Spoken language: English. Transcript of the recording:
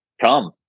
come